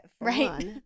Right